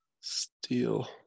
Steel